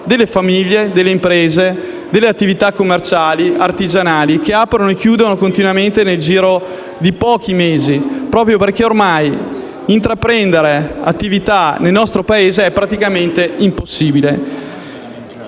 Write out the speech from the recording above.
delle famiglie, delle imprese, delle attività commerciali e artigianali che aprono e chiudono continuamente nel giro di pochi mesi proprio perché ormai intraprendere attività nel nostro Paese è praticamente impossibile.